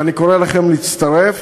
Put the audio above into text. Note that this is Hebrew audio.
ואני קורא לכם להצטרף,